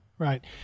Right